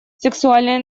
сексуальное